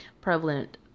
prevalent